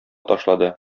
ташлады